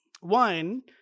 one